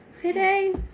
Today